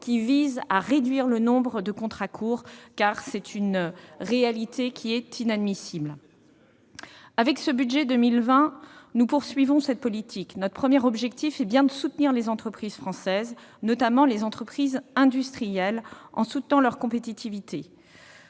visant à réduire le nombre de contrats courts, car c'est bien une réalité inadmissible. Parlons-en ! Avec ce budget 2020, nous poursuivons cette politique. Notre premier objectif est bien de soutenir les entreprises françaises, notamment les entreprises industrielles, en améliorant leur compétitivité.